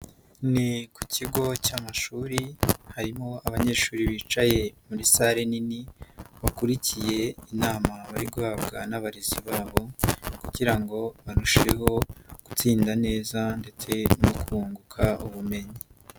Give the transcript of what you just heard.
Ni kigo cy'amashuri harimo abanyeshuri bicaye muri sale nini bakurikiye inama bari huhabwa n'abarezi babo kugira ngo barusheho gutsinda neza ndetse no kunguka ubumenyi.